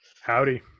howdy